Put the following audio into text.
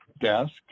desk